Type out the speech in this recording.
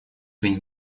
свои